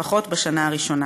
לפחות בשנה הראשונה.